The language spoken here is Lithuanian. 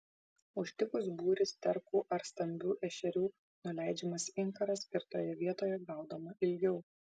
užtikus būrį sterkų ar stambių ešerių nuleidžiamas inkaras ir toje vietoje gaudoma ilgiau